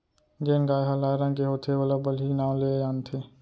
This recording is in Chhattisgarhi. जेन गाय ह लाल रंग के होथे ओला बलही नांव ले जानथें